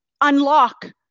Unlock